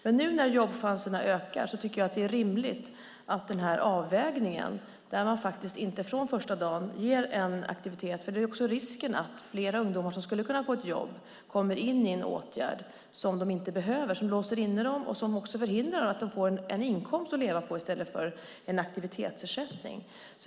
Men nu när jobbchanserna ökar tycker jag att avvägningen är rimlig att man inte från första dagen ger en aktivitet, för då är risken att flera ungdomar som skulle kunna få ett jobb kommer in i en åtgärd som de inte behöver. Det låser in dem och förhindrar att de får en inkomst att leva på i stället för en aktivitetsersättning.